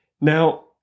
Now